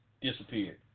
disappeared